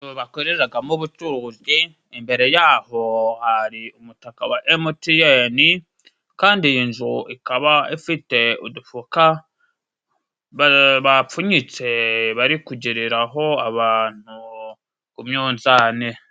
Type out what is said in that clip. Inzu bakoreragamo ubucuruzi, imbere yaho hari umutaka wa emutiyeni kandi iyi nzu ikaba ifite udufuka bapfunyitse bari kugere aho abantu k'umyunzani.